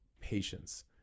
patience